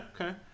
okay